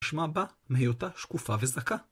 נשמע בה מהיותה שקופה וזכה.